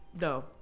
no